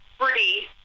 free